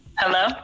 Hello